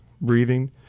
breathing